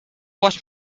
wash